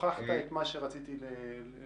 הוכחת את מה שרציתי לטעון.